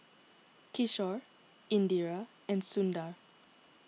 Kishore Indira and Sundar